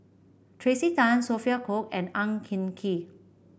Tracey Tan Sophia Cooke and Ang Hin Kee